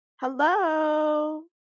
Hello